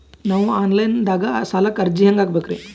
ನಾವು online ದಾಗ ಸಾಲಕ್ಕ ಅರ್ಜಿ ಹೆಂಗ ಹಾಕಬೇಕ್ರಿ?